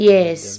Yes